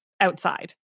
outside